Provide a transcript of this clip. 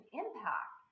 impact